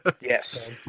Yes